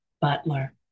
Butler